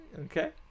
Okay